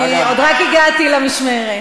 אני רק הגעתי למשמרת.